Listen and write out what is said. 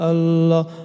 Allah